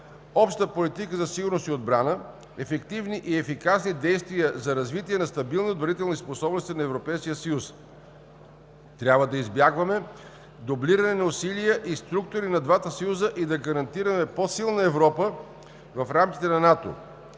обща политика за сигурност и отбрана, ефективни и ефикасни действия за развитие на стабилни отбранителни способности на Европейския съюз. Трябва да избягваме дублиране на усилия и структури на двата съюза и да гарантираме по-силна Европа в рамките на НАТО.